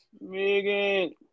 Megan